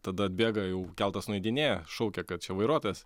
tada atbėga jau keltas nueidinėja šaukia kad čia vairuotojas